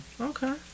Okay